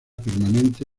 permanente